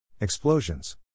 Explosions